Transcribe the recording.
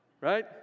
Right